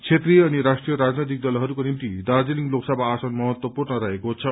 क्षेत्रिय अनि राष्ट्रिय राजनैतिक दलहरूको निम्ति दाज्रीलिङ लोकसभा आसन महत्वपूर्णको छ